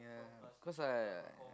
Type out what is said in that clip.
cause I